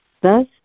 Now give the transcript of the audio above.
Thus